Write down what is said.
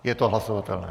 Je to hlasovatelné.